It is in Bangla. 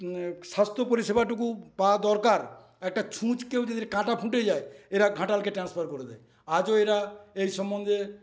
স্বাস্থ্য পরিষেবাটুকু পাওয়া দরকার একটা ছুঁচকেও যদি কাঁটা ফুটে যায় এরা ঘাটালকে ট্রান্সফার করে দেয় আজও এরা এই সম্বন্ধে